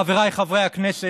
חבריי חברי הכנסת,